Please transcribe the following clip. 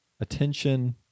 attention